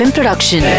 Production